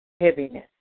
heaviness